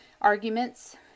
arguments